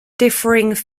differing